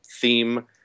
theme